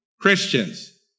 Christians